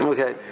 Okay